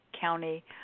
county